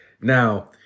now